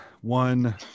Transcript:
one